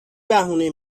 بهونه